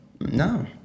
no